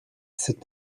cette